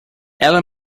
ela